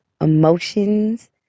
emotions